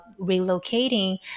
relocating